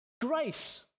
Grace